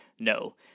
No